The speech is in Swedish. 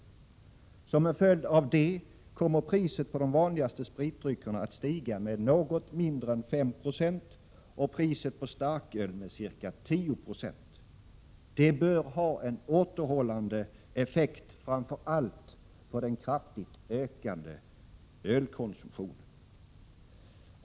Som en följd av detta kommer priset på de vanligaste spritdryckerna att stiga med något mindre än 5 96 och priset på starköl med ca 10 20. Detta bör ha en återhållande effekt framför allt på den nu kraftigt ökande ölkonsumtionen.